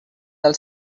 del